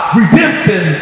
redemption